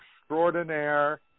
extraordinaire